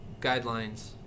guidelines